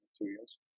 materials